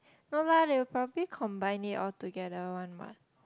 no lah they'll probably combine it altogether one what